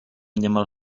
niemal